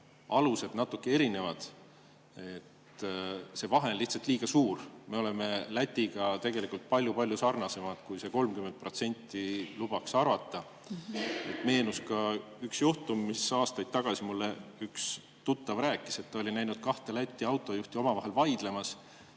alused natuke erinevad? See vahe on lihtsalt liiga suur. Me oleme Lätiga tegelikult palju-palju sarnasemad, kui see 30% lubaks arvata. Meenus ka üks juhtum, mille aastaid tagasi üks tuttav mulle rääkis. Ta oli näinud kahte Läti autojuhti omavahel vaidlemas